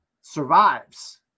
survives